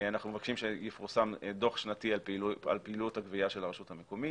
אנחנו מבקשים שיפורסם דוח שנתי על פעילות הגבייה של הרשות המקומית,